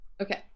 Okay